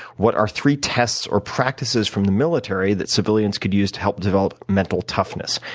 what are three tests or practices from the military that civilians could use to help develop mental toughness?